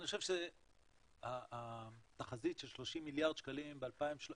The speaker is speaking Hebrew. אני חושב שהתחזית של 40 מיליארד שקלים ב-2030